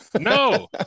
No